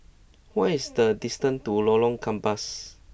what is the distance to Lorong Gambas